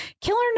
Killer